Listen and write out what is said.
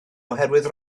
oherwydd